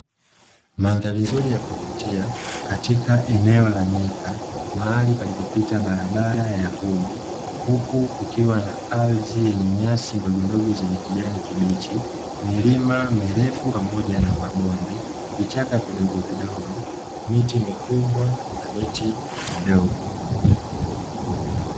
Mandhari nzuri ya kuvutia katika eneo la nyika, mahali palipopita barabara ya vumbi, huku kukiwa na ardhi yenye nyasi ndogondogo zenye kijani kibichi, milima mirefu pamoja na mabonde, vichaka vidogovidogo, miti mikubwa na miti midogo.